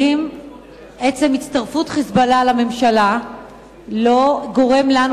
האם עצם הצטרפות ה"חיזבאללה" לממשלה לא גורם לנו,